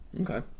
Okay